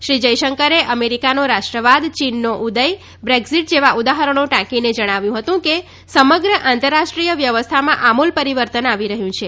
શ્રી જયશંકરે અમેરિકાનો રાષ્ટ્રવાદ ચીનનો ઉદય બ્રેક્ઝિટ જેવા ઉદાહરણો ટાંકીને જણાવ્યું હતું કે સમગ્ર આંતરરાષ્ટ્રીય વ્યવસ્થામાં આમૂલ પરિવર્તન આવી રહ્યું છે